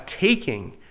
taking